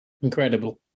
Incredible